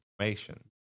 information